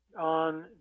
on